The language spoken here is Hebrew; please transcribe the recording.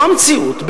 לא המציאות,